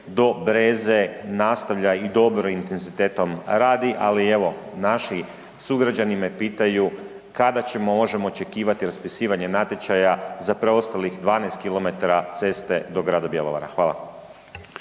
do Breze nastavlja i dobrim intenzitetom radi, ali evo naši sugrađani me pitaju kada ćemo, možemo očekivati raspisivanje natječaja za preostalih 12 kilometara ceste do grada Bjelovara? Hvala.